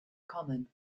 common